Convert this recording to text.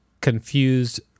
confused